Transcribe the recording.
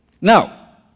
now